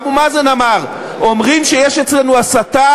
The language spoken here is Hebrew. אבו מאזן אמר: "אומרים שיש אצלנו הסתה